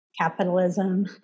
capitalism